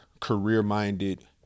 career-minded